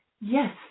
yes